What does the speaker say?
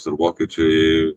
ir vokiečiai